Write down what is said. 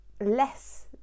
less